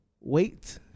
Wait